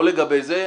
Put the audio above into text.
לא לגבי זה,